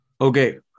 Okay